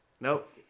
nope